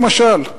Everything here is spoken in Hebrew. למשל?